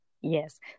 Yes